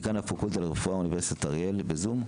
דיקן הפקולטה לרפואה באוניברסיטת אריאל,